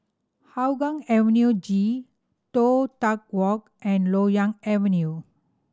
Hougang Avenue G Toh Tuck Walk and Loyang Avenue